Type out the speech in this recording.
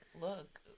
look